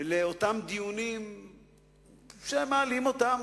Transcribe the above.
לאותם דיונים שמעלים אותם,